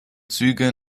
züge